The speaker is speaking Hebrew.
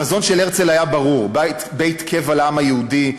החזון של הרצל היה ברור: בית קבע לעם היהודי,